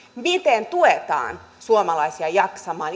miten tuetaan työhyvinvointia ja suomalaisia jaksamaan